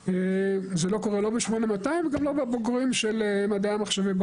זה לא קורה לא ב-8200 וגם לא בבוגרים של מדעי המחשבים,